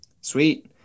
Sweet